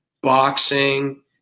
boxing